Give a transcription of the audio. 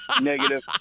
negative